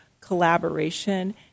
collaboration